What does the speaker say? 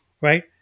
right